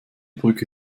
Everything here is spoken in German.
brücke